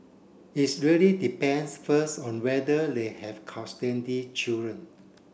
is really depends first on whether they have custody children